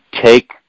take